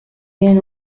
tienen